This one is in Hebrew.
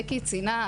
בקי ציינה,